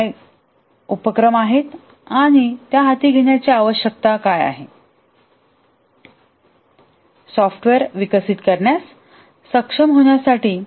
काय उपक्रम आहेत त्या हाती घेण्याची आवश्यकता काय आहे सॉफ्टवेअर विकसित करण्यास सक्षम होण्यासाठी